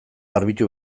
garbitu